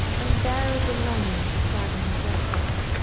unbearable longing is driving him to exile.